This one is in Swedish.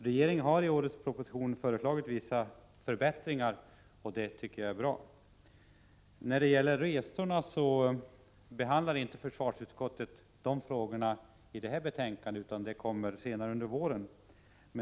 Regeringen har i årets proposition föreslagit vissa förbättringar för de värnpliktiga, och det tycker jag är bra. Försvarsutskottet behandlar inte frågan om resorna i detta betänkande, utan den frågan kommer att tas upp senare under våren.